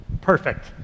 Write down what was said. Perfect